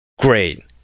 great